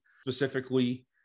specifically